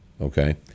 Okay